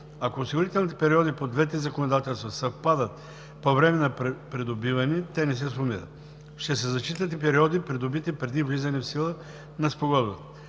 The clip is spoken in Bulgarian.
Ако осигурителните периоди по двете законодателства съвпадат по време на придобиване, те не се сумират. Ще се зачитат и периоди, придобити преди влизане в сила на Спогодбата.